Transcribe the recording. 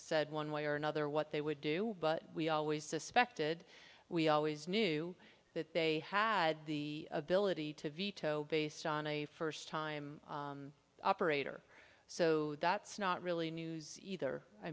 said one way or another what they would do but we always suspected we always knew that they had the ability to veto based on a first time operator so that's not really news either i